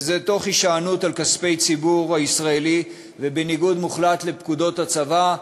תוך הישענות על כספי הציבור הישראלי ובניגוד מוחלט לפקודות הצבא.